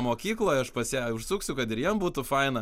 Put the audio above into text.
mokykloj aš pas ją užsuksiu kad ir jiem būtų faina